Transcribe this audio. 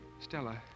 Stella